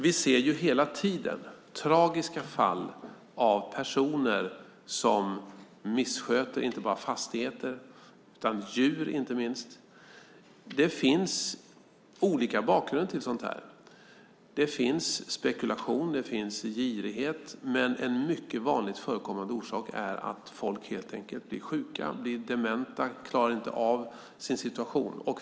Vi ser hela tiden tragiska fall med personer som missköter inte bara fastigheter, utan inte minst djur. Det finns olika bakgrund till sådant. Det kan vara spekulation. Det kan vara girighet. En mycket vanligt förekommande orsak är att folk blir sjuka. De blir dementa och klarar inte av sin situation.